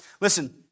Listen